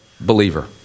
believer